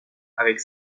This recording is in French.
avec